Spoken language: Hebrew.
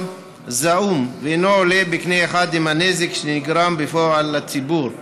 זעום ואינו עולה בקנה אחד עם הנזק שנגרם בפועל לציבור.